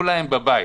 שניתנו להם בבית.